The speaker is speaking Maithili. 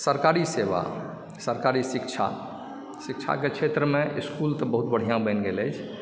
सरकारी सेवा सरकारी शिक्षा शिक्षाके क्षेत्रमे इसकुल तऽ बहुत बढ़िआँ बनि गेल अछि